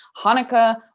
Hanukkah